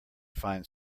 find